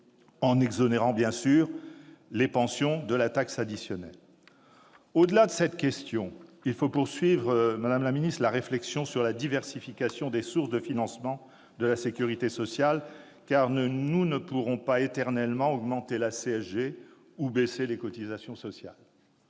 en exonérant les pensions de la taxe additionnelle. Au-delà de cette question, madame la ministre, il faut poursuivre la réflexion sur la diversification des sources de financement de la sécurité sociale, car nous ne pourrons pas éternellement augmenter la CSG ou baisser les cotisations sociales.